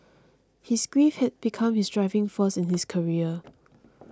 his grief had become his driving force in his career